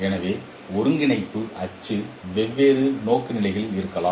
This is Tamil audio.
எனவே ஒருங்கிணைப்பு அச்சு வெவ்வேறு நோக்குநிலைகளில் இருக்கலாம்